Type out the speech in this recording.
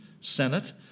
Senate